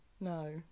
No